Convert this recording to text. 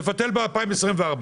שהם יפטרו ב-2024.